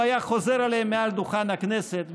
הוא היה חוזר עליהם מעל דוכן הכנסת,